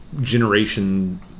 generation